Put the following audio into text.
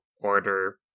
order